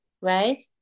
right